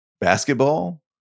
basketball